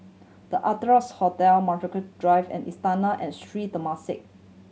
The Ardennes Hotel Brockhampton Drive and Istana and Sri Temasek